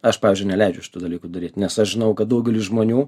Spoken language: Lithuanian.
aš pavyzdžiui neleidžiu šitų dalykų daryt nes aš žinau kad daugeliui žmonių